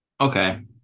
okay